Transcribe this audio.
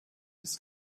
his